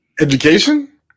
Education